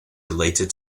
related